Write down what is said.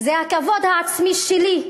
הכבוד העצמי שלי,